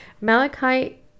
Malachite